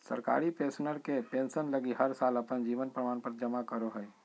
सरकारी पेंशनर के पेंसन लगी हर साल अपन जीवन प्रमाण पत्र जमा करो हइ